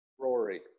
Rory